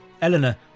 Eleanor